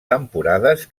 temporades